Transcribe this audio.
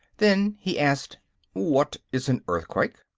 then he asked what is an earthquake?